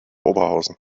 oberhausen